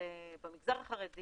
שבמגזר החרדי